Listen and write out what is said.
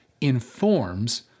informs